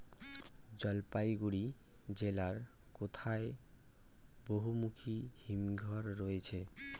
জলপাইগুড়ি জেলায় কোথায় বহুমুখী হিমঘর রয়েছে?